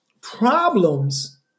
problems